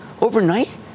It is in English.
overnight